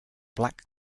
black